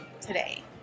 today